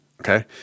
Okay